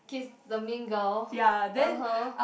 kiss the mean girl (uh huh)